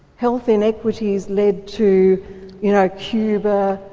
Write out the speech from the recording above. health inequities led to you know cuba,